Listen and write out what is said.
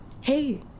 Hey